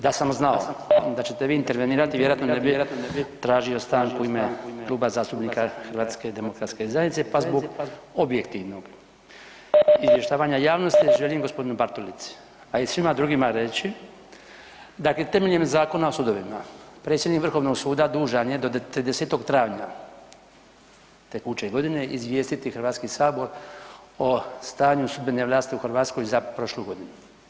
Da sam znao da ćete vi intervenirati vjerojatno ne bi tražio stanku u ime Kluba zastupnika HDZ-a pa zbog objektivnog izvještavanja javnosti želim gospodinu Bartulici, a i svima drugima reći, dakle temeljem Zakona o sudovima predsjednik Vrhovnog suda dužan je do 30. travnja tekuće godine izvijestiti Hrvatski sabor o stanju sudbene vlasti u Hrvatskoj za prošlu godinu.